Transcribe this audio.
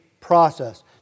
process